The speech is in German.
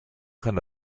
kann